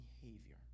behavior